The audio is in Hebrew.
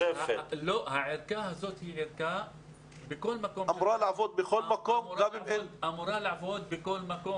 הערכה אמורה לעבוד בכל מקום.